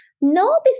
Notice